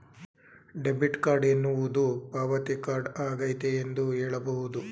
debit card ಎನ್ನುವುದು ಪಾವತಿ card ಆಗೈತೆ ಎಂದು ಹೇಳಬಹುದು